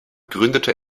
gründete